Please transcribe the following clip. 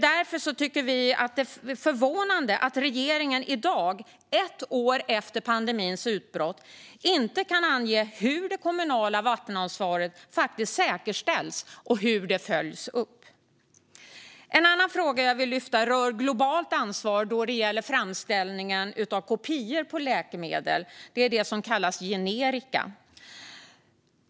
Därför tycker vi att det är förvånande att regeringen i dag, ett år efter pandemins utbrott, inte kan ange hur det kommunala vattenansvaret säkerställs och följs upp. En annan fråga jag vill lyfta upp rör globalt ansvar då det gäller framställningen av kopior på läkemedel. Det är det som kallas generika.